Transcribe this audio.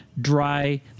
dry